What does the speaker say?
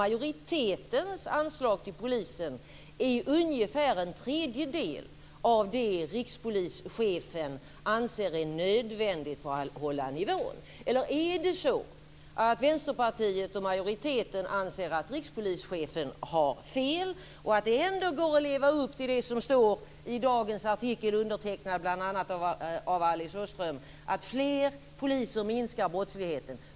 Majoritetens anslag till polisen är ungefär en tredjedel av det rikspolischefen anser är nödvändigt för att hålla nivån. Anser Vänsterpartiet och majoriteten att rikspolischefen har fel och att det ändå går att leva upp till det som står i dagens tidningsartikel, undertecknad av bl.a. Alice Åström, om att fler poliser minskar brottsligheten?